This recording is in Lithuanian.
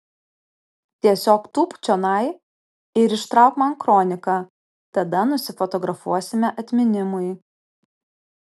tiesiog tūpk čionai ir ištrauk man kroniką tada nusifotografuosime atminimui